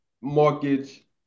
mortgage